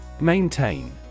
Maintain